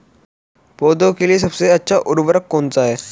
पौधों के लिए सबसे अच्छा उर्वरक कौन सा है?